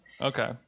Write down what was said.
Okay